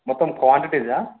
మొత్తం క్వాంటిటీదా